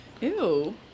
Ew